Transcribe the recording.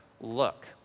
look